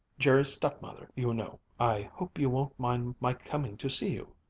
jerry's stepmother, you know. i hope you won't mind my coming to see you.